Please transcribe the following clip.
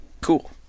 cool